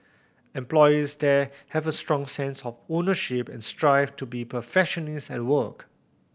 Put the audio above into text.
employees there have a strong sense of ownership and strive to be perfectionists at work